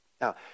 Now